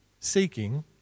seeking